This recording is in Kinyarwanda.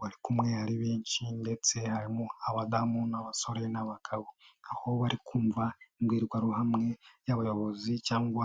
Bari kumwe ari benshi ndetse harimo abadamu n'abasore n'abagabo. Aho bari kumva imbwirwaruhame y'abayobozi cyangwa